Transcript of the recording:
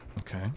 Okay